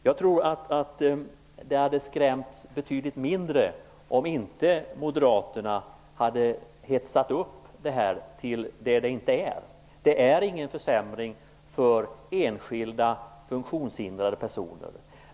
Jag tror att det hade skrämts betydligt mindre om inte moderaterna hade hetsat upp detta till vad det inte här. Det är ingen försämring för enskilda funktionshindrade personer.